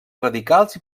radicals